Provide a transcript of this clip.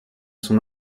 son